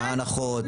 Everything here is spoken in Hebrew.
מה ההנחות,